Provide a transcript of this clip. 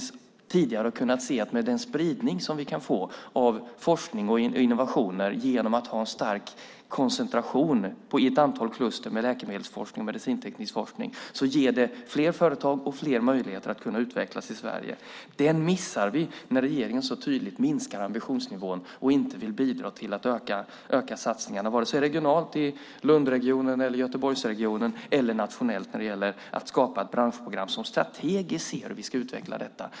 Tidigare har vi sett att den spridning som kan ske av forskning och innovation med hjälp av en stark koncentration, kluster, av läkemedelsforskning och medicinteknisk forskning ger fler företag och fler möjligheter att utvecklas i Sverige. Den missar vi när regeringen så tydligt minskar ambitionsnivån och inte vill bidra till att öka satsningarna vare sig regionalt i Lund eller Göteborgsregionen eller nationellt när det gäller att skapa branschprogram med en strategisk utveckling.